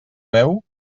veu